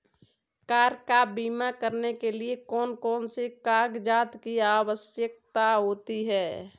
Car का बीमा करने के लिए कौन कौन से कागजात की आवश्यकता होती है?